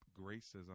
Gracism